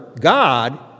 God